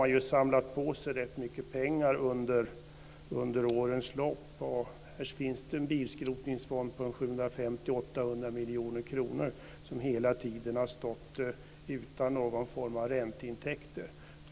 Man har samlat på sig rätt mycket pengar under årens lopp. Det finns en bilskrotningsfond på 750-800 miljoner kronor som hela tiden har stått utan någon form av ränteintäkter.